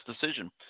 decision